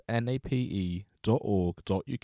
nape.org.uk